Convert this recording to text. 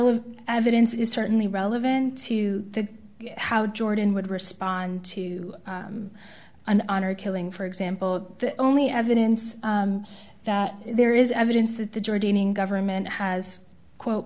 evidence is certainly relevant to how jordan would respond to an honor killing for example the only evidence that there is evidence that the jordanian government has quote